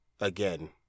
again